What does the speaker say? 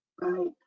Right